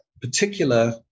particular